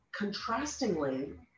Contrastingly